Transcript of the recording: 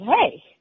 hey